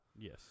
Yes